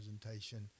presentation